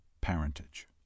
parentage